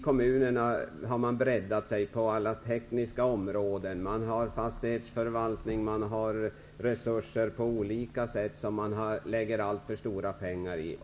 Kommunerna har breddat sig på tekniska områden, t.ex. fastighetsförvaltning. Det finns många områden som det läggs alltför stora pengar på.